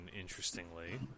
interestingly